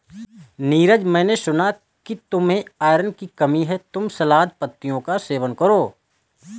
नीरज मैंने सुना कि तुम्हें आयरन की कमी है तुम सलाद पत्तियों का सेवन करो